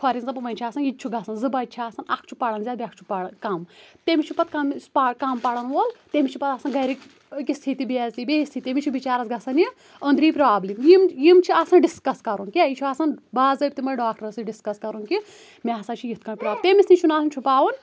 for example وۄنۍ چھُ آسان یِہِ تہِ چھ گَژَھان زٕ بَچہِ چھِ آسان اَکھ چھُ پَران زیاد بیاکھ چھُ پَران کَم تٔمِس چھُ پتہ یُس کَم پَران وول تٔمِس چھِ پَتہ گَرِکۍ أکِس تھی تہِ بے عزتی بییِس تھی تہِ تٔمِس چھُ بِچارَس گَژھان یہِ أنٛدری پرٛابلِم یِم یِم چھ آسان ڈِسکَس کَرُن کیا یہِ چُھ آسان باضٲبۍطہٕ یِمن ڈاکٹرَس سۭتۍ ڈِسکَس کَرُن کہِ مے ہسا چھِ یِتھ کٲٹھۍ پرٛابلِم تٔمِس نِش چھُنہ آسان چھپاوُن